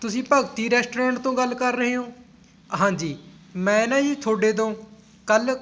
ਤੁਸੀਂ ਭਗਤੀ ਰੈਸਟੋਰੈਂਟ ਤੋਂ ਗੱਲ ਕਰ ਰਹੇ ਹੋ ਹਾਂਜੀ ਮੈਂ ਨਾ ਜੀ ਤੁਹਾਡੇ ਤੋਂ ਕੱਲ੍ਹ